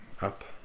up